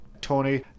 Tony